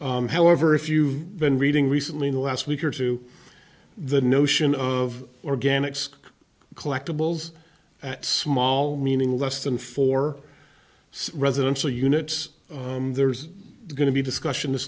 however if you been reading recently in the last week or two the notion of organics collectables at small meaning less than four residential units there's going to be discussion